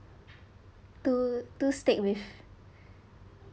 two two steak with